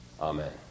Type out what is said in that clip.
amen